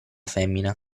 femmina